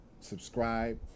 Subscribe